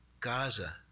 Gaza